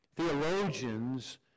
Theologians